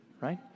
Right